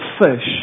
fish